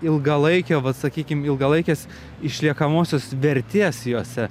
ilgalaikio vat sakykim ilgalaikės išliekamosios vertės jose